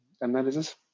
analysis